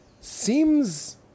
seems